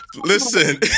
Listen